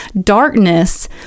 darkness